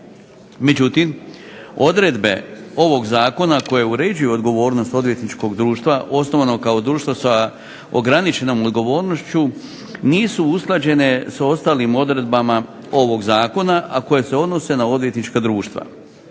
Međutim, odredbe ovog zakona koje uređuju odgovornost odvjetničkog društva osnovano kao društvo sa ograničenom odgovornošću nisu usklađene sa ostalim odredbama ovog zakona, a koje se odnose na odvjetnička društva.